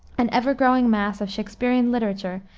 an ever-growing mass of shaksperian literature,